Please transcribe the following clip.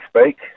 speak